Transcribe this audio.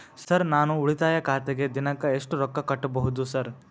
Sir ನಾನು ಉಳಿತಾಯ ಖಾತೆಗೆ ದಿನಕ್ಕ ಎಷ್ಟು ರೊಕ್ಕಾ ಕಟ್ಟುಬಹುದು ಸರ್?